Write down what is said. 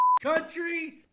Country